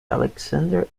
alexander